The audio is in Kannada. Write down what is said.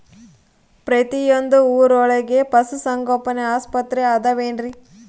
ಪ್ರತಿಯೊಂದು ಊರೊಳಗೆ ಪಶುಸಂಗೋಪನೆ ಆಸ್ಪತ್ರೆ ಅದವೇನ್ರಿ?